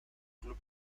club